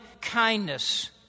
kindness